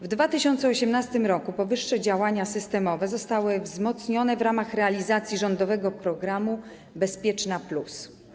W 2018 r. powyższe działania systemowe zostały wzmocnione w ramach realizacji rządowego programu „Bezpieczna+”